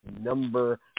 number